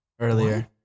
earlier